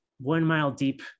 one-mile-deep